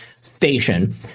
station